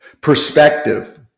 perspective